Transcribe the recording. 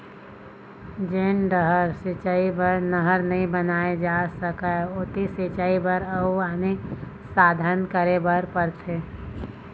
जेन डहर सिंचई बर नहर नइ बनाए जा सकय ओती सिंचई बर अउ आने साधन करे बर परथे